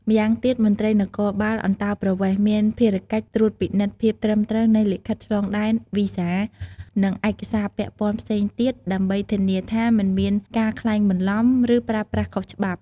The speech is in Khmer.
ម្យ៉ាងទៀតមន្ត្រីនគរបាលអន្តោប្រវេសន៍មានភារកិច្ចត្រួតពិនិត្យភាពត្រឹមត្រូវនៃលិខិតឆ្លងដែន វីសា និងឯកសារពាក់ព័ន្ធផ្សេងទៀត ដើម្បីធានាថាមិនមានការក្លែងបន្លំ ឬប្រើប្រាស់ខុសច្បាប់។